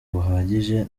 buhagije